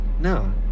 No